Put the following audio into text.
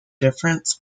difference